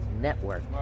Network